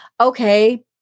okay